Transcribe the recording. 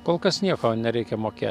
kol kas nieko nereikia mokė